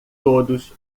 todos